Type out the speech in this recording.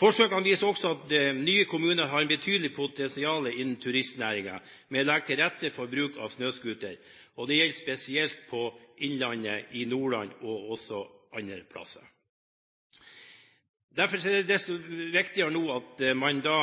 Forsøkene viser også at nye kommuner har et betydelig potensial innenfor turistnæringen ved å legge til rette for bruk av snøscooter. Det gjelder spesielt på innlandet i Nordland, men også andre steder. Derfor er det desto viktigere nå at man fra